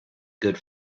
good